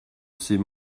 ses